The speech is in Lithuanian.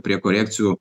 prie korekcijų